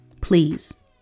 Please